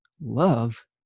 love